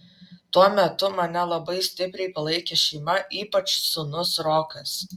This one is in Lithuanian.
tuo metu mane labai stipriai palaikė šeima ypač sūnus rokas